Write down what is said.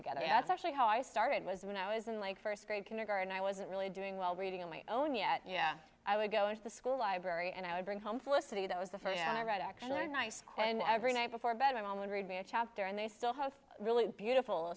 together that's actually how i started was when i was in like first grade kindergarten i wasn't really doing well reading on my own yet yeah i would go into the school library and i would bring home felicity that was the thing that i read actually are nice and every night before bed my mom would read me a chapter and they still have really beautiful